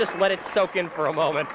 just let it soak in for a moment